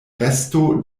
resto